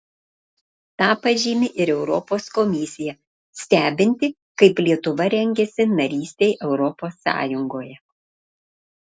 tą pažymi ir europos komisija stebinti kaip lietuva rengiasi narystei europos sąjungoje